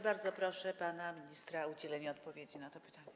Bardzo proszę pana ministra o udzielenie odpowiedzi na to pytanie.